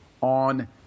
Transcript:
on